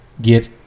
get